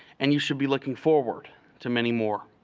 and you should be looking forward to many more.